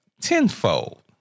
Tenfold